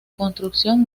construcción